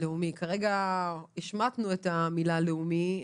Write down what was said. וכרגע השמטנו המילה "לאומי".